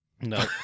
No